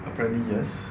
apparently yes